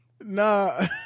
Nah